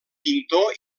pintor